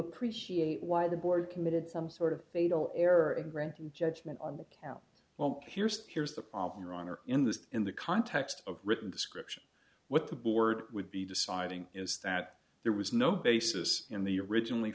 appreciate why the board committed some sort of fatal error in granting judgment on the count well here's here's the problem your honor in this in the context of written description what the board would be deciding is that there was no basis in the originally